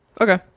Okay